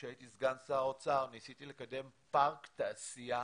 כשהייתי סגן שר האוצר ניסיתי לקדם פארק תעשייה